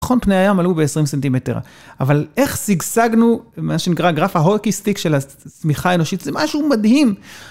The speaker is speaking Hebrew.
נכון פני הים עלו ב-20 סנטימטר, אבל איך שגשגנו מה שנקרא גרף ההורקיסטיק של הצמיכה האנושית, זה משהו מדהים.